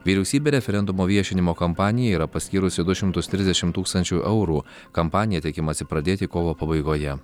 vyriausybė referendumo viešinimo kampanija yra paskyrusi du šimtus trisdešimt tūkstančių eurų kampaniją tikimasi pradėti kovo pabaigoje